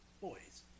Boys